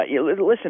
listen